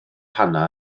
hannah